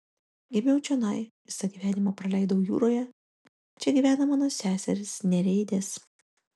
gimiau čionai visą gyvenimą praleidau jūroje čia gyvena mano seserys nereidės